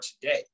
today